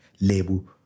label